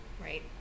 right